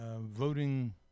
voting